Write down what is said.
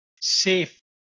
safe